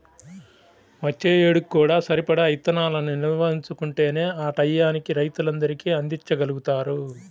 వచ్చే ఏడుకి కూడా సరిపడా ఇత్తనాలను నిల్వ ఉంచుకుంటేనే ఆ టైయ్యానికి రైతులందరికీ అందిచ్చగలుగుతారు